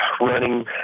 running